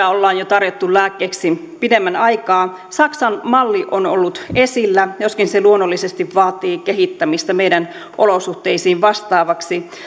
ollaan jo tarjottu lääkkeeksi pidemmän aikaa saksan malli on ollut esillä joskin se luonnollisesti vaatii kehittämistä meidän olosuhteitamme vastaavaksi